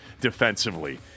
defensively